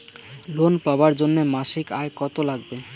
Loan পাবার জন্যে মাসিক আয় কতো লাগবে?